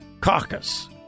Caucus